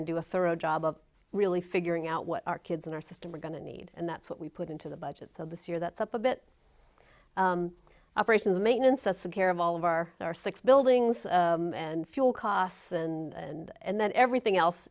and do a thorough job of really figuring out what our kids in our system are going to need and that's what we put into the budget so this year that's up a bit operations maintenance the care of all of our our six buildings and fuel costs and then everything else